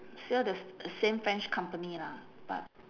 still the s~ same french company lah but